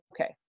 Okay